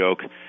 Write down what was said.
joke